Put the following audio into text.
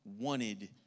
wanted